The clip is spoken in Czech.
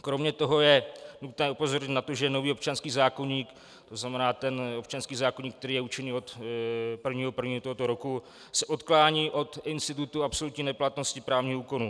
Kromě toho je nutné upozornit na to, že nový občanský zákoník, tzn. ten občanský zákoník, který je účinný od 1. 1. tohoto roku, se odklání od institutu absolutní neplatnosti právního úkonu.